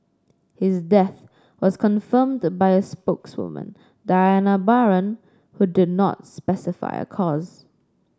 his death was confirmed by a spokeswoman Diana Baron who did not specify a cause